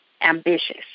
ambitious